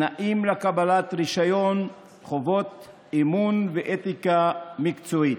תנאים לקבלת רישיון, חובות אימון ואתיקה מקצועית.